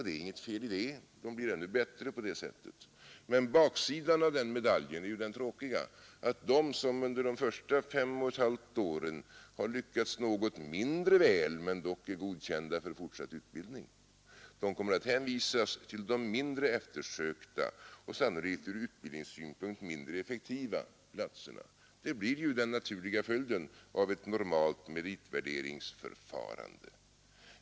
Det är inget fel i det, de blir ännu bättre på det sättet. Men baksidan av den medaljen är den tråkiga, nämligen att de som under de första 5,5 åren har lyckats mindre väl men är godkända för fortsatt utbildning kommer att hänvisas till de mindre eftersökta och sannolikt ur utbildningssynpunkt mindre effektiva platserna. Det blir den naturliga följden av ett normalt meritvärderingsförfarande.